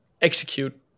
execute